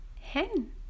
hen